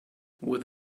with